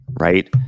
right